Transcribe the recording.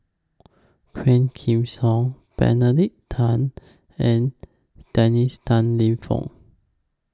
Quah Kim Song Benedict Tan and Dennis Tan Lip Fong